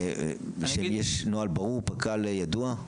שיש נוהל ברור, פק"ל ידוע.